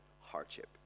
hardship